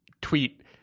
tweet